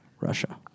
Russia